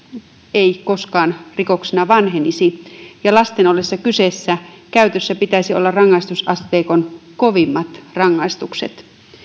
ei koskaan rikoksena vanhenisi ja lasten ollessa kyseessä käytössä pitäisi olla rangaistusasteikon kovimmat rangaistukset